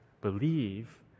believe